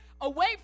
away